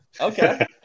Okay